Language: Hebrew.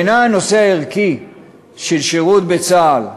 בעיני הנושא הערכי של שירות בצה"ל,